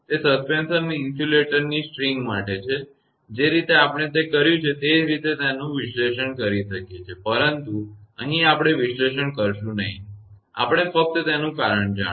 તે સસ્પેન્શન ઇન્સ્યુલેટરના તાર દોરડું માટે છે જે રીતે આપણે તે કર્યુ છે તે જ રીતે તેનું વિશ્લેષણ કરી શકીએ છે પરંતુ અહીં આપણે વિશ્લેષણ કરીશું નહીં આપણે ફક્ત તેનું કારણ જણાવશું